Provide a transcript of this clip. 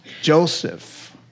Joseph